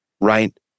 right